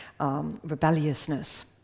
rebelliousness